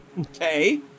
Okay